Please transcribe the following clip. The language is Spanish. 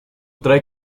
trae